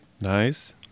Nice